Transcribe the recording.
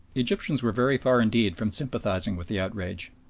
egyptians were very far indeed from sympathising with the outrage,